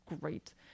great